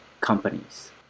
companies